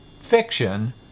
fiction